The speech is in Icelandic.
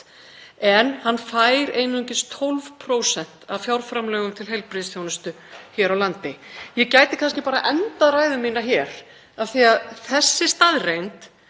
en hann fær einungis 12% af fjárframlögum til heilbrigðisþjónustu hér á landi. Ég gæti kannski bara endað ræðu mína hér af því að þessi staðreynd